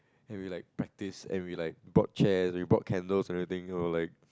and we like practice and we were like brought chairs we brought candles and everything we were like